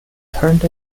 turned